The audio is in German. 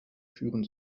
führen